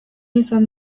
izan